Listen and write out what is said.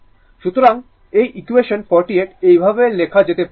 সুতরাং এই ইকুয়েশন 48 এইভাবে লেখা যেতে পারে